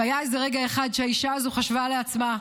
"והיה איזה רגע אחד שהאישה הזו חשבה לעצמה,